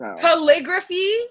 Calligraphy